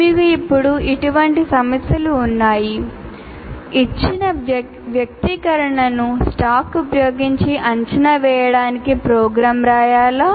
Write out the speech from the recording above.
మీకు ఇప్పుడు ఇటు వంటి సమస్యలు ఉన్నాయి • ఇచ్చిన వ్యక్తీకరణను స్టాక్ ఉపయోగించి అంచనా వేయడానికి ప్రోగ్రామ్ రాయాలా